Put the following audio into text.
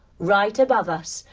right above us,